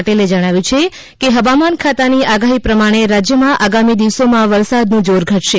પટેલે જણાવ્યુ છે કે હવામાન ખતન ની આગાહી પ્રમાણે રાજ્યમાં આગામી દિવસોમાં વરસાદનું જોર ઘટશે